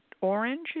orange